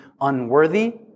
unworthy